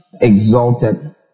exalted